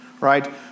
right